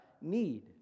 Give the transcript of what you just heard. need